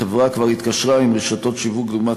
החברה כבר התקשרה עם רשתות שיווק דוגמת